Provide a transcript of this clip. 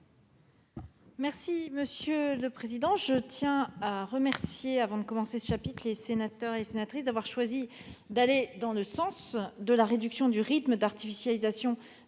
est à Mme la ministre. Je tiens à remercier, avant de commencer ce chapitre, les sénateurs et sénatrices d'avoir choisi d'aller dans le sens de la réduction du rythme d'artificialisation